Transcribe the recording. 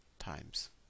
Times